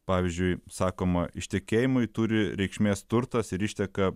pavyzdžiui sakoma ištekėjimui turi reikšmės turtas ir išteka